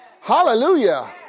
Hallelujah